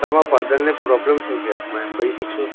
તમારા ફાધરને પ્રોબ્લમ શું છે મને એમ કહી શકશો